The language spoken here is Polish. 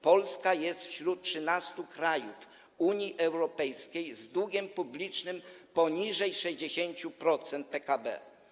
Polska jest wśród 13 krajów Unii Europejskiej z długiem publicznym poniżej 60% PKB.